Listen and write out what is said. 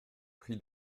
prie